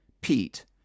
Pete